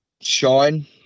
shine